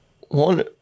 one